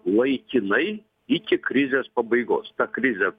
laikinai iki krizės pabaigos ta krizė